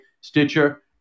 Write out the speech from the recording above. Stitcher